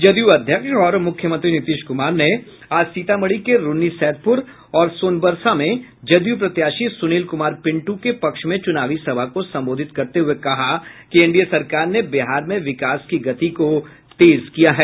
जदयू अध्यक्ष और मुख्यमंत्री नीतीश क्मार ने आज सीतामढ़ी के रून्नीसैदपुर और सोनबरसा में जदयू प्रत्याशी सुनील कुमार पिंटू के पक्ष में चुनावी सभा को संबोधित करते हुये कहा कि एनडीए सरकार ने बिहार में विकास की गति को तेज किया है